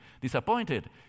disappointed